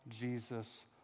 Jesus